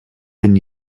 been